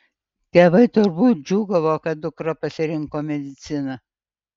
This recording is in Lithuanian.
tėvai turbūt džiūgavo kad dukra pasirinko mediciną